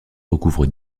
recouvre